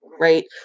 right